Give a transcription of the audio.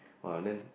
!wah! then